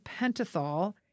pentothal